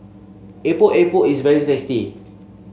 Epok Epok is very tasty